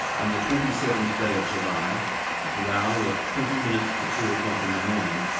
on the twenty seventh day of july at the hour of twenty minutes to two o'clock in the morning,